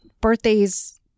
birthdays